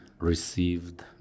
received